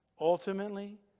ultimately